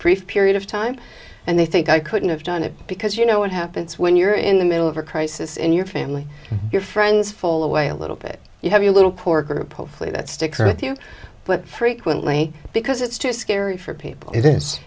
brief period of time and they think i couldn't have done it because you know what happens when you're in the middle of a crisis in your family your friends fall away a little bit you have your little porker hopefully that sticks with you but frequently because it's just scary for people it is